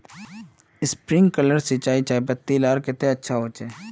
Sprinkler सिंचाई चयपत्ति लार केते अच्छा होचए?